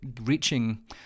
reaching